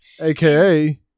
AKA